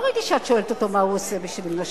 לא ראיתי שאת שואלת אותו מה הוא עושה בשביל נשים,